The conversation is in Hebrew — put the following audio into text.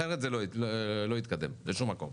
אחרת זה לא יתקדם לשום מקום.